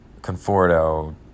Conforto